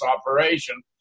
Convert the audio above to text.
operation